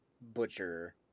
Butcher